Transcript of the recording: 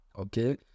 okay